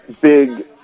big